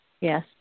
Yes